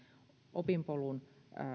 opinpolun